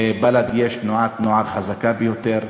לבל"ד יש תנועת נוער חזקה ביותר,